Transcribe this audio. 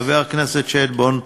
חבר הכנסת שטבון,